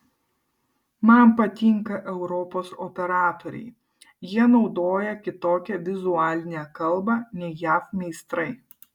man patinka europos operatoriai jie naudoja kitokią vizualinę kalbą nei jav meistrai